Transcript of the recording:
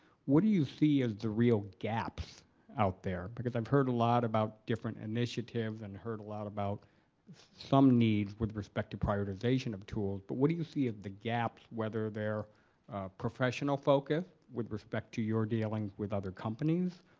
what do you see as the real gaps out there? because i've heard a lot about different initiatives and heard a lot about some needs with respect to prioritization of tools but what do you see as the gaps whether they're professional focus, with respect to your dealings with other companies,